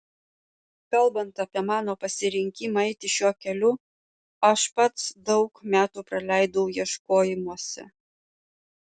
kalbant apie mano pasirinkimą eiti šiuo keliu aš pats daug metų praleidau ieškojimuose